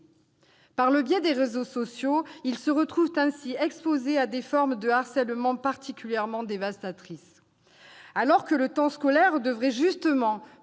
Par le biais des réseaux sociaux, ils se trouvent ainsi exposés à des formes de harcèlement particulièrement dévastatrices. Alors que le temps scolaire devrait justement